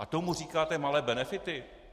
A tomu říkáte malé benefity?